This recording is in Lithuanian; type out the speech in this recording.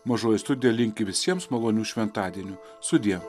mažoji studija linki visiems malonių šventadienių sudie